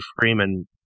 Freeman